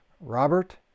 Robert